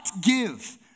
give